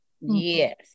Yes